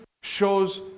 shows